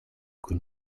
kun